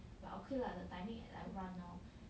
but okay lah the timing at I run hor